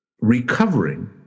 recovering